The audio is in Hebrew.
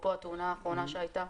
אפרופו התאונה האחרונה שהייתה,